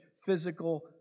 physical